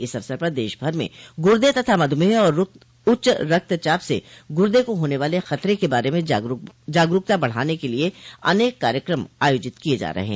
इस अवसर पर देशभर में गुर्दे तथा मधुमेह और उच्च रक्तचाप से गुर्दे को होने वाले खतरे के बारे में जागरूकता बढ़ाने के लिए अनेक कार्यक्रम आयोजित किये जा रहे हैं